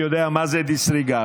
יודע מה זה דיסרגרד?